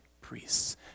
priests